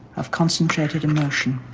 of concentrated emotion.